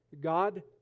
God